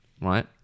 right